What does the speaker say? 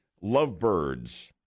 lovebirds